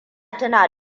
tuna